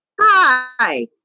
Hi